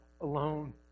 alone